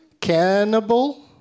Cannibal